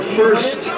first